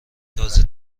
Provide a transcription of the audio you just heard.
تازه